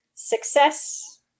Success